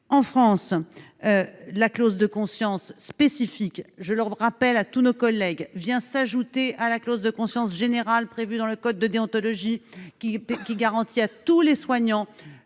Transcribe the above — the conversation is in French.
En France, la clause de conscience spécifique, je le rappelle à tous mes collègues, s'ajoute à la clause de conscience générale prévue dans le code de déontologie, qui garantit à tous les soignants